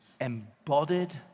embodied